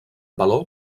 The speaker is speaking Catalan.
valor